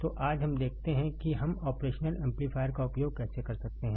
तो आज हम देखते हैं कि हम ऑपरेशनल एम्पलीफायर का उपयोग कैसे कर सकते हैं